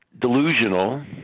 delusional